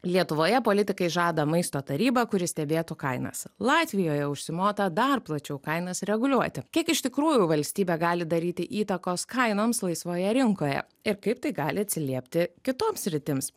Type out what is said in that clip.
lietuvoje politikai žada maisto tarybą kuri stebėtų kainas latvijoje užsimota dar plačiau kainas reguliuoti kiek iš tikrųjų valstybė gali daryti įtakos kainoms laisvoje rinkoje ir kaip tai gali atsiliepti kitoms sritims